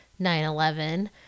9-11